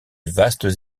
vastes